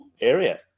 area